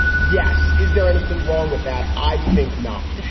yes. is there anything wrong with that? i think not.